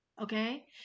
Okay